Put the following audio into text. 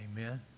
amen